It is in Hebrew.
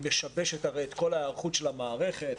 זה משבש את כל ההיערכות של המערכת,